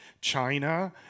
China